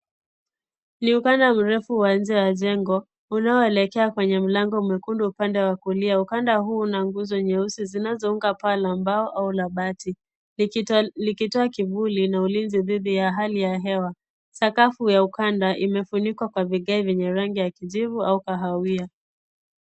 Ni upana mrefu wa nje ya jengo unaoelekea kwenye mlango mwekundu upande wa kulia .Ukanda huu una nguzo nyeusi zinazounga paa la mbao au la bati likitoa kivuli na ulinzi dhidi ya hali ya hewa . Sakafu ya ukanda imefunikwa kwa vigai vyenye rangi ya kijivi au rangi ya kahawia.